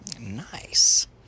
Nice